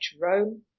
Rome